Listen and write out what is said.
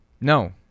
No